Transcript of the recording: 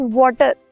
water